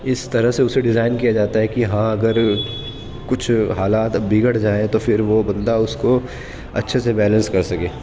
اس طرح سے اسے ڈیزائن کیا جاتا ہے کہ ہاں اگر کچھ حالات بگڑ جائیں تو پھر وہ بندہ اس کو اچھے سے بیلنس کر سکے